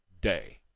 day